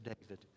David